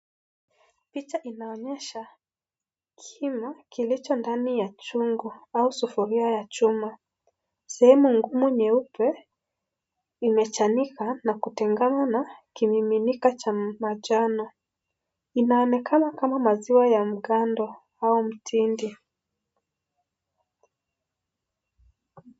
Picha inaonyesha kimo kilicho ndani ya chungu au sufuria ya chuma. Sehemu ngumu nyeupe imechanika na kutengana na kimiminika cha manjano. Inaonekana kama maziwa ya mgando au mtindi.